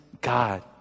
God